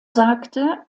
sagte